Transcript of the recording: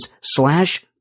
slash